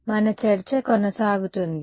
మన చర్చ కొనసాగుతుంది